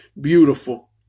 beautiful